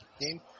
Game